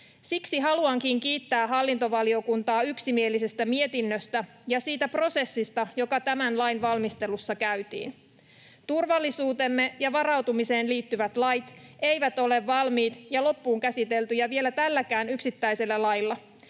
Siksi haluankin kiittää hallintovaliokuntaa yksimielisestä mietinnöstä ja siitä prosessista, joka tämän lain valmistelussa käytiin. Turvallisuuteemme ja varautumiseen liittyvät lait eivät ole valmiita ja loppuun käsiteltyjä vielä tälläkään yksittäisellä lailla,